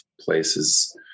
places